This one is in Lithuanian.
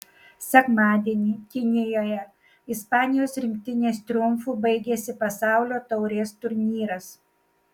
sekmadienį kinijoje ispanijos rinktinės triumfu baigėsi pasaulio taurės turnyras